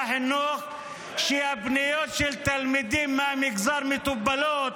החינוך שהפניות של תלמידים מהמגזר מטופלות,